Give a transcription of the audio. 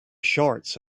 shorts